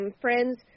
Friends